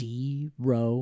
Zero